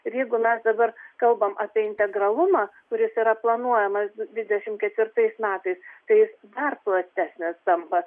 ir jeigu mes dabar kalbam apie integralumą kuris yra planuojamas dvidešimt ketvirtais metais tai dar platesnės tampa